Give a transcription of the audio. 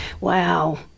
Wow